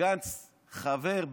שגנץ בעצם חבר,